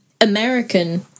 American